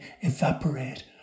evaporate